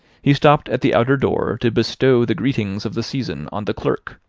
he stopped at the outer door to bestow the greetings of the season on the clerk,